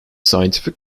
scientific